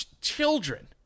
children